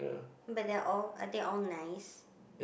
but they're all are they all nice